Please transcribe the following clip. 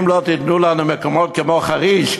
אם לא תיתנו לנו מקומות כמו חריש,